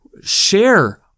share